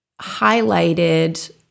highlighted